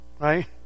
Right